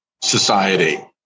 Society